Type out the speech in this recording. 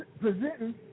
presenting